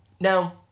Now